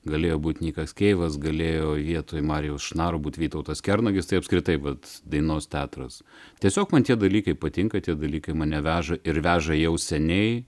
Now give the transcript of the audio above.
galėjo būti nikas keivas galėjo vietoj marijaus šnaro būti vytautas kernagis tai apskritai vat dainos teatras tiesiog man tie dalykai patinka tie dalykai mane veža ir veža jau seniai